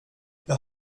jag